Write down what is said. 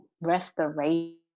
restoration